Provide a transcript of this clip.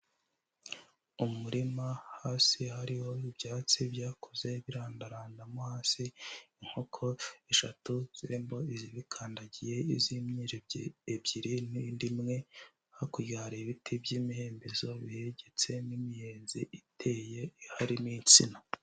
Umurima hasi hariho ibyatsi byakuze birandaranda mo hasi, inkoko eshatu zirimo izibikandagiye, iz'imyeru ebyiri n'indi imwe, hakurya hari ibiti by'imihembezo bihegetse, n'imiyenzi iteye ihari, n'insina.